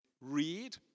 read